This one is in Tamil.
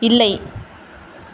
இல்லை